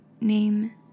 name